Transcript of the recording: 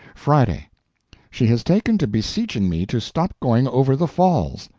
friday she has taken to beseeching me to stop going over the falls.